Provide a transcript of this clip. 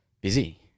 Busy